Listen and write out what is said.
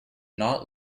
not